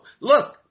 Look